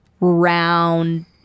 round